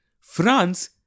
France